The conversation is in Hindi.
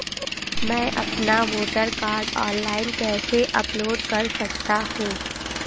मैं अपना वोटर कार्ड ऑनलाइन कैसे अपलोड कर सकता हूँ?